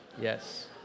Yes